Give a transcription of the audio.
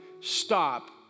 stop